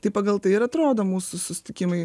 tai pagal tai ir atrodo mūsų susitikimai